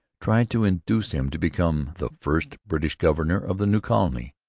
tried to induce him to become the first british governor of the new colony.